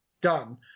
Done